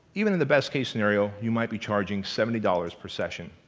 even in the best-case scenario, you might be charging seventy dollars per session.